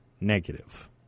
negative